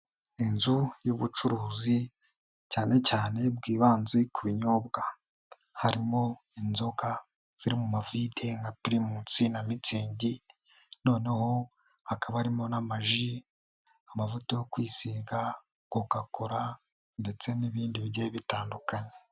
Inzu y'ubucuruzi cyane cyane bwibanze ku binyobwa. Harimo inzoga ziri mu mavide nka Pirimusi na Mitsingi, noneho hakaba harimo n'amaji, amavuta yo kwisiga, Kokokora ndetse n'ibindi bigiye bitandukanye.